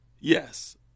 Yes